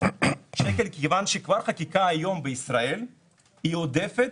כיוון שכבר החקיקה היום בישראל היא עודפת,